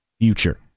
future